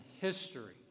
history